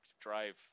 drive